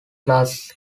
plus